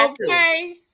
Okay